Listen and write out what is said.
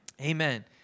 Amen